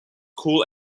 cool